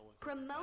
Promote